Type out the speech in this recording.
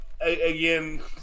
again